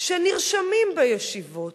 שנרשמים בישיבות